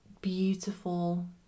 beautiful